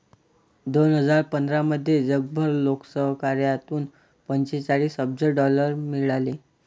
दोन हजार पंधरामध्ये जगभर लोकसहकार्यातून पंचेचाळीस अब्ज डॉलर मिळाले